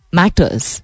matters